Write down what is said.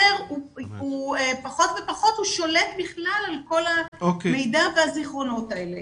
הוא שולט בכלל על כל המידע והזיכרונות האלה.